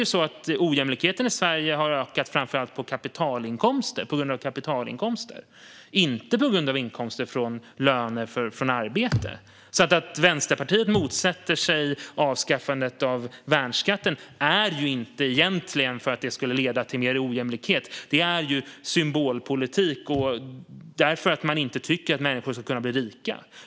Ojämlikheten i Sverige har ökat framför allt på grund av kapitalinkomster och inte på grund av inkomster från löner för arbete. Att Vänsterpartiet motsätter sig avskaffandet av värnskatten är egentligen inte för att det skulle leda till mer ojämlikhet, utan det är symbolpolitik för att man inte tycker att människor ska kunna bli rika.